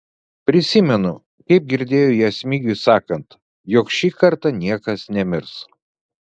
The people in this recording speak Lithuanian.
prisimenu kaip girdėjau ją smigiui sakant jog šį kartą niekas nemirs